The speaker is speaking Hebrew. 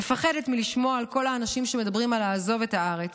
מפחדת מלשמוע על כל האנשים שמדברים על לעזוב את הארץ,